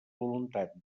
voluntat